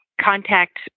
contact